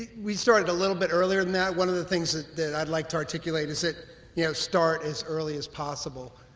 we started a little bit earlier than that. one of the things that that i'd like to articulate is that you know start as early as possible.